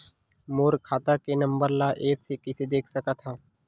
मोर खाता के नंबर ल एप्प से कइसे देख सकत हव?